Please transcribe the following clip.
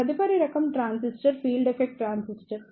తదుపరి రకం transistor field effect transistor